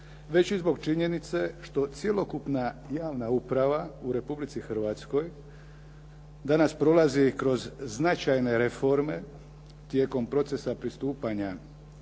već i zbog činjenice što cjelokupna javna uprava u Republici Hrvatskoj danas prolazi kroz značajne reforme tijekom procesa pristupanja